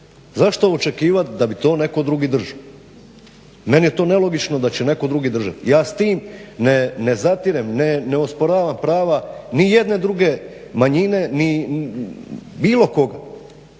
zašto očekivat da bi to netko drugi držao. Meni je to nelogično da će netko drugi držati. Ja s tim ne zatirem, ne osporavam prava ni jedne druge manjine ni bilo kog.